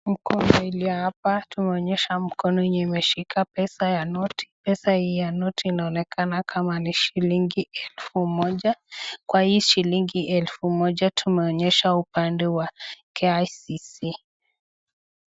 Mkono iliyo hapa tunaonyesha mkono yenye imeshika pesa ya noti, pesa hii ya noti inaonekana nikama shilingi elfu moja, kwa hii shilingi elfu moja tumenyesha upande wa KICC.